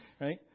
right